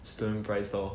student price lor